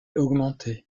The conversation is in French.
augmenté